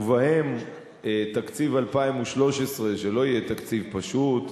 ובהם תקציב 2013 שלא יהיה תקציב פשוט,